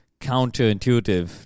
counterintuitive